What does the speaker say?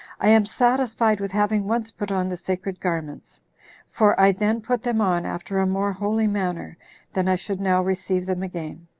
i am satisfied with having once put on the sacred garments for i then put them on after a more holy manner than i should now receive them again.